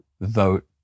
vote